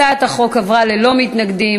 הצעת החוק עברה ללא מתנגדים,